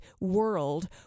world